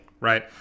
Right